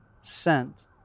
sent